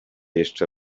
jeszcze